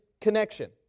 connection